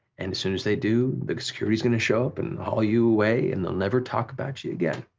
and as soon as they do, like security's gonna show up and haul you away and they'll never talk about you again.